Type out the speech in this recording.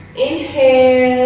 inhale